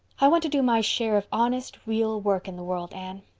i want to do my share of honest, real work in the world, anne.